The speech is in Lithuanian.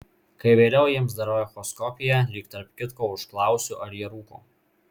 kai vėliau jiems darau echoskopiją lyg tarp kitko užklausiu ar jie rūko